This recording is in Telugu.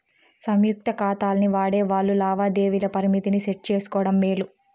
సంయుక్త కాతాల్ని వాడేవాల్లు లావాదేవీల పరిమితిని సెట్ చేసుకోవడం మేలు